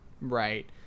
right